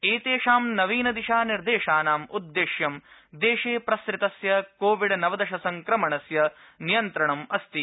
एतेषां नवीनदिशानिर्देशानाम् उद्देश्यं देशे प्रसृतस्य कोविडनवदश संक्रमणस्य नियन्त्रणम् अस्ति